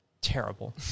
terrible